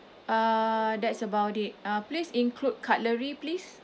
uh that's about it uh please include cutlery please